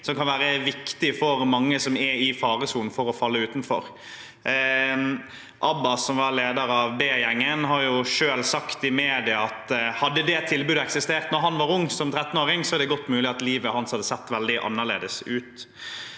som kan være viktig for mange som er i faresonen for å falle utenfor. Ghulam Abbas, som var leder av B-gjengen, har selv sagt i mediene at hadde det tilbudet eksistert da han var ung, som 13-åring, er det godt mulig at livet hans hadde sett veldig annerledes ut.